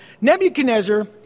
Nebuchadnezzar